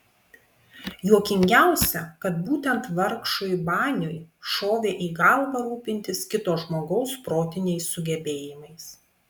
juokingiausia kad būtent vargšui baniui šovė į galvą rūpintis kito žmogaus protiniais sugebėjimais